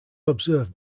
observed